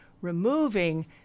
removing